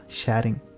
sharing